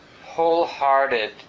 wholehearted